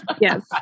Yes